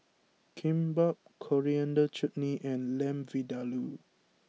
Kimbap Coriander Chutney and Lamb Vindaloo